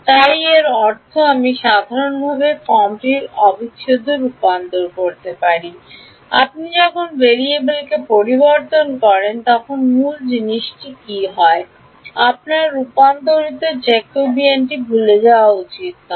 তাই এর অর্থ আমি সাধারণভাবে ফর্মটির অবিচ্ছেদ্য রূপান্তর করতে পারি আপনি যখন ভেরিয়েবল পরিবর্তন করেন তখন মূল জিনিসটি কী যে আপনার রূপান্তরটির জ্যাকবীয়িয়ানকে ভুলে যাওয়া উচিত নয়